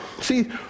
see